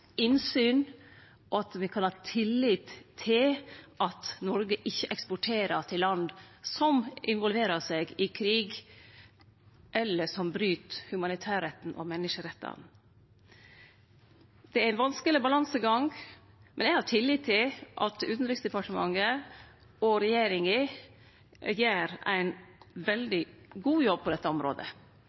innsyn, og at me kan ha tillit til at Noreg ikkje eksporterer til land som involverer seg i krig, eller som bryt humanitærretten og menneskerettane. Det er ein vanskeleg balansegang, men eg har tillit til at Utanriksdepartementet og regjeringa gjer ein veldig god jobb på dette området.